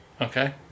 Okay